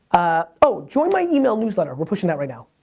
oh, join my email newsletter. we're pushing that right now.